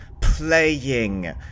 playing